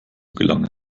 gelangen